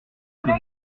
que